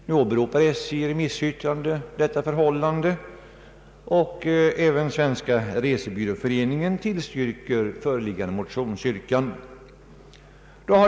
Nu åberopar SJ i sitt remissyttrande denna framställning från 1966. Även Svenska resebyråföreningen tillstyrker föreliggande motionsyrkande.